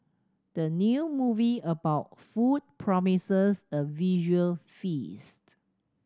the new movie about food promises a visual feast